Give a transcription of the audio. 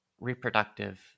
reproductive